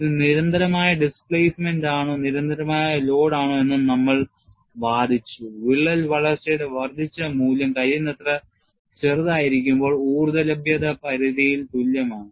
ഇത് നിരന്തരമായ ഡിസ്പ്ലേസ്മെന്റ് ആണോ നിരന്തരമായ ലോഡാണോ എന്നും നമ്മൾ വാദിച്ചു വിള്ളൽ വളർച്ചയുടെ വർദ്ധിച്ച മൂല്യം കഴിയുന്നത്ര ചെറുതായിരിക്കുമ്പോൾ ഊർജ്ജ ലഭ്യത പരിധിയിൽ തുല്യമാണ്